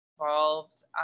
involved